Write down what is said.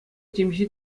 темиҫе